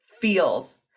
feels